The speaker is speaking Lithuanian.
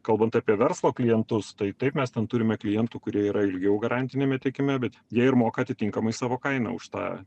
kalbant apie verslo klientus tai taip mes ten turime klientų kurie yra ilgiau garantiniame tiekime bet jie ir moka atitinkamai savo kainą už tą